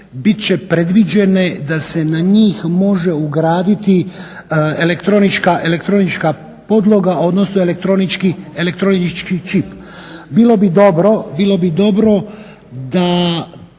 će predviđene da se na njih može ugraditi elektronička podloga, odnosno elektronički čip. Bilo bi dobro da